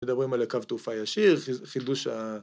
‫אם מדברים על קו תעופה ישיר, ‫חידוש ה...